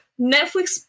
Netflix